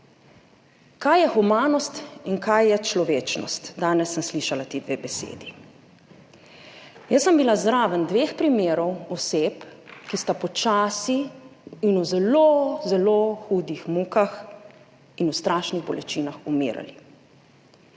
Kaj je humanost in kaj je človečnost? Danes sem slišala ti dve besedi. Jaz sem bila zraven dveh primerov oseb, ki sta počasi in v zelo, zelo hudih mukah in v strašnih bolečinah umirali.